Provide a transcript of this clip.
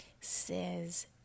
says